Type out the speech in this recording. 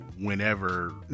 whenever